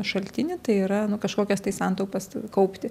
šaltinį tai yra nu kažkokias tai santaupas kaupti